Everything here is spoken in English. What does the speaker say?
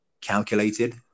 calculated